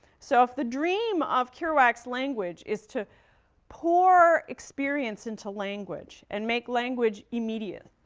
so, if the dream of kerouac's language is to pour experience into language and make language immediate,